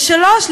ו-3.